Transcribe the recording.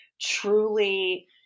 truly